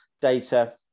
data